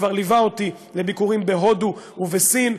כבר ליווה אותי לביקורים בהודו ובסין,